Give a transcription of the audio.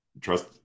trust